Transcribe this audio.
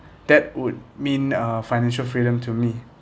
that would mean uh financial freedom to me